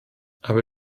aber